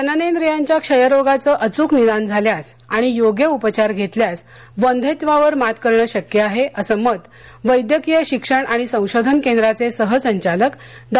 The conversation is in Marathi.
जननेन्द्रीयांच्या क्षयरोगाचं अच्क निदान झाल्यास आणि योग्य उपचार घेतल्यास वंध्यत्वावर मात करणं शक्य आहे असं मत वैदयकीय शिक्षण आणि संशोधन केंद्राचे सहसंचालक डॉ